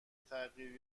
تغییر